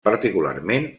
particularment